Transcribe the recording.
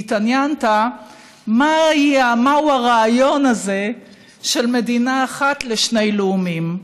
והתעניינת מהו הרעיון הזה של מדינה אחת לשני לאומים.